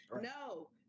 No